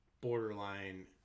borderline